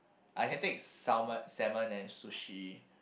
I can take salmon salmon and sushi